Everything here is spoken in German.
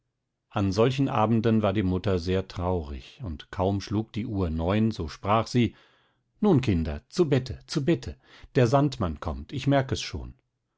an solchen abenden war die mutter sehr traurig und kaum schlug die uhr neun so sprach sie nun kinder zu bette zu bette der sandmann kommt ich merk es schon